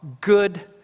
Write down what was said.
good